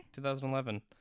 2011